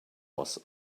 was